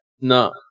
No